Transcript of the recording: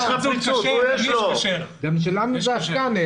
גם אצלנו כשר.